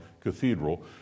cathedral